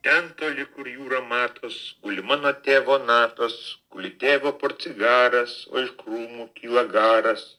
ten toli kur jūra matos guli mano tėvo natos guli tėvo portsigaras o iš krūmų kyla garas